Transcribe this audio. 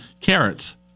carrots